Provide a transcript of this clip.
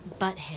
butthead